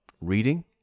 reading